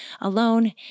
alone